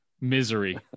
misery